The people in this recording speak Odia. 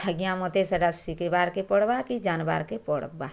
ଆଜ୍ଞା ମୋତେ ସେଟା ଶିଖିବାର୍କେ ପଡ଼୍ବା କି ଜାନିବାର୍କେ ପଡ଼୍ବା